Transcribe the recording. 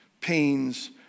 pains